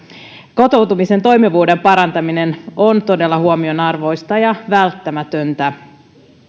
kotoutumisen toimivuuden parantaminen on todella huomionarvoista ja välttämätöntä